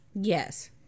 Yes